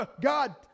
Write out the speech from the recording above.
God